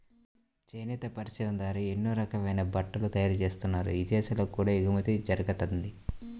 చేనేత పరిశ్రమ ద్వారా ఎన్నో రకాలైన బట్టలు తయారుజేత్తన్నారు, ఇదేశాలకు కూడా ఎగుమతి జరగతంది